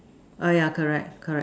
oh yeah correct correct